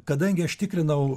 kadangi aš tikrinau